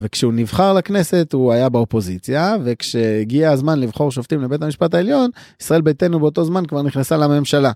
וכשהוא נבחר לכנסת הוא היה באופוזיציה וכשהגיע הזמן לבחור שופטים לבית המשפט העליון, ישראל ביתנו באותו זמן כבר נכנסה לממשלה.